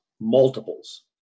multiples